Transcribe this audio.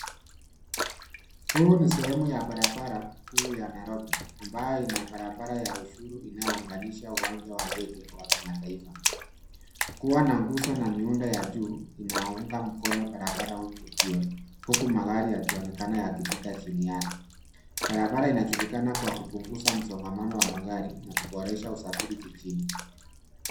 Huu ni sehemu ya barabara kuu ya Nairobi ambayo ina barabara ya ushuru inayounganisha uwanja wa ndege wa kimataifa. Kuwa na nguzo na miundo ya juu inaunga mkono barabara hiyo huku magari yakionekana yakipita chini yake. Barabara inajulikana kwa kupunguza msongamano wa magari na kuboresha usafiri jiji.